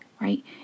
right